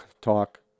talk